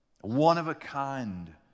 one-of-a-kind